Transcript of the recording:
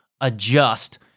adjust